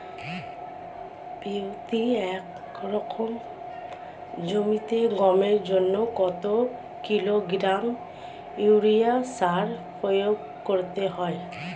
প্রতি একর জমিতে গমের জন্য কত কিলোগ্রাম ইউরিয়া সার প্রয়োগ করতে হয়?